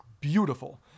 beautiful